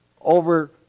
over